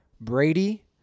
Brady